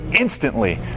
instantly